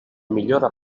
millora